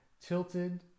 tilted